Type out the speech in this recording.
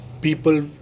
people